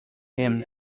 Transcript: him